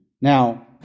Now